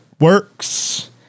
works